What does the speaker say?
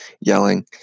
yelling